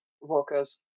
Walkers